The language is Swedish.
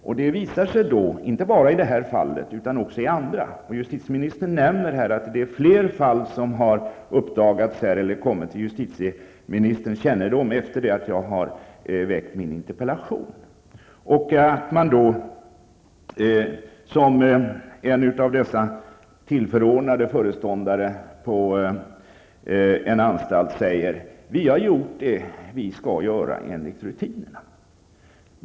Så har det visat sig vara inte bara i det här fallet utan också i många andra. Justitieministern nämnde att fler fall har kommit till hennes kännedom efter det att jag väckt min interpellation. En tillförordnad föreståndare på en anstalt sade:''Vi har gjort allt vi skall göra enligt rutinerna.''